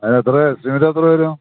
അതിനെത്ര എസ്റ്റിമേറ്റെത്രെ വരും